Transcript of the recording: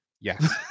Yes